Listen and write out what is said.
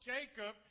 Jacob